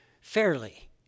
fairly